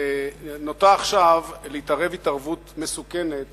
נוטה עכשיו להתערב התערבות מסוכנת